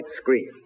screen